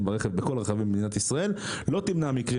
ברכב בכל הרכבים במדינת ישראל לא תמנע מקרים.